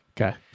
Okay